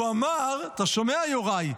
הוא אמר, אתה שומע, יוראי?